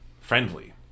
friendly